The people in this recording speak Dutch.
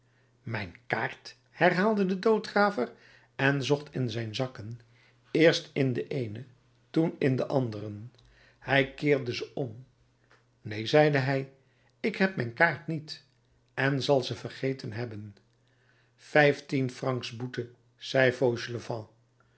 mijn kaart herhaalde de doodgraver en zocht in zijn zakken eerst in den eenen toen in den anderen hij keerde ze om neen zeide hij ik heb mijn kaart niet en zal ze vergeten hebben vijftien francs boete